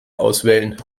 auswählen